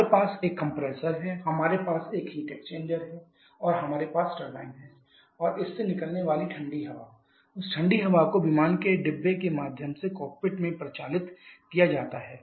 हमारे पास एक कंप्रेसर है हमारे पास हीट एक्सचेंजर है और हमारे पास टरबाइन है और इस से निकलने वाली ठंडी हवा उस ठंडी हवा को विमान के डिब्बे के माध्यम से कॉकपिट में परिचालित किया जाता है